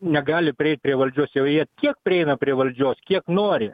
negali prieit prie valdžios jau jie tiek prieina prie valdžios kiek nori